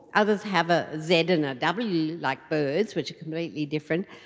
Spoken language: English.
others have a z and and a w like birds, which are completely different.